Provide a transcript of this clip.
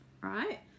right